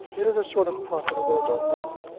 it is a sort of property that i don't want,